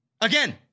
Again